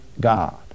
God